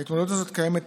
ההתמודדות הזאת קיימת תמיד,